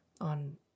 on